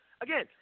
Again